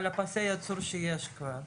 על פסי הייצור שיש כבר,